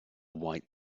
white